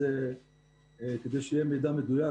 אז יהיה מידע מדויק.